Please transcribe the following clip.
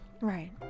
Right